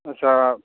आच्चा